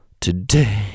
Today